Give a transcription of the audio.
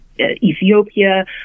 Ethiopia